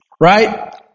Right